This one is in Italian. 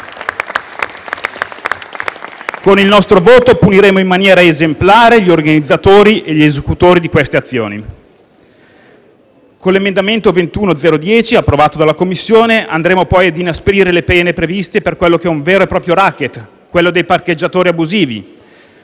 Con il nostro voto puniremo in maniera esemplare gli organizzatori e gli esecutori di queste azioni. Con l'emendamento 21.0.10, approvato dalla Commissione, andremo poi ad inasprire le pene previste per il *racket* dei parcheggiatori abusivi.